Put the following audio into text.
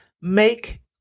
Make